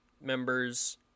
members